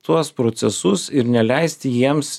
tuos procesus ir neleisti jiems